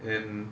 and